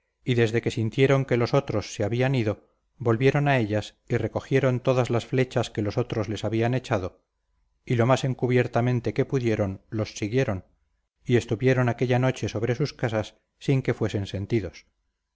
y desde que sintieron que los otros se habían ido volvieron a ellas y recogieron todas las flechas que los otros les habían echado y lo más encubiertamente que pudieron los siguieron y estuvieron aquella noche sobre sus casas sin que fuesen sentidos